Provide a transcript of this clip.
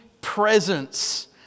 presence